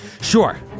Sure